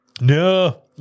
no